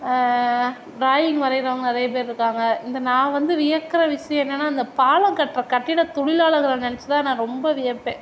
drawing வரையிறவங்க நிறைய பேர் இருக்காங்க இந்த நான் வந்து வியக்கிற விஷயம் என்னென்னா இந்த பாலம்கட்ற கட்டிட தொழிலாளர்கள நெனைச்சிதான் நான் ரொம்ப வியப்பேன்